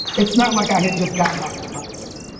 it's not like i had just gotten off the bus.